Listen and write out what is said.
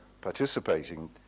participating